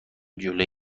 جلوی